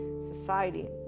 society